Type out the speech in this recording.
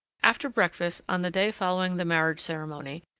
after breakfast on the day following the marriage-ceremony,